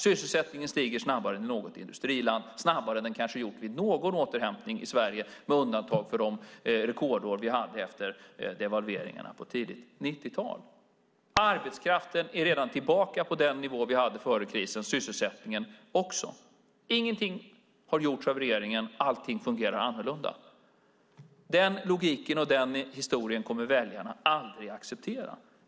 Sysselsättningen stiger snabbare än i något industriland, snabbare än den kanske har gjort vid någon återhämtning i Sverige, med undantag för de rekordår vi hade efter devalveringarna på tidigt 90-tal. Arbetskraften är redan tillbaka på den nivå vi hade före krisen, sysselsättningen också. Ingenting har gjorts av regeringen - allting fungerar annorlunda. Den logiken och den historien kommer väljarna aldrig att acceptera.